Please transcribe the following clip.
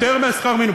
יותר משכר המינימום?